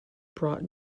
brought